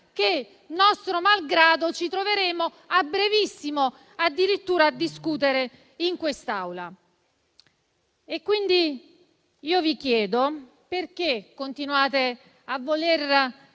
che, nostro malgrado, ci troveremo a brevissimo addirittura a discutere in quest'Aula. Vi chiedo quindi perché continuate a voler